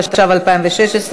התשע"ו 2016,